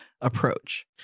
approach